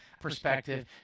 perspective